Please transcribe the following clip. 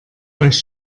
euch